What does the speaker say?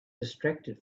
distracted